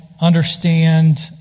understand